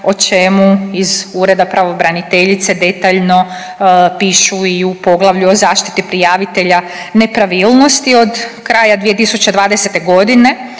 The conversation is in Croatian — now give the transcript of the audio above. o čemu iz Ureda pravobraniteljice detaljno pišu i u poglavlju o zaštiti prijavitelja nepravilnosti. Od kraja 2020. godine